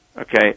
okay